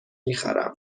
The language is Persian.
میخرم